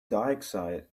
dioxide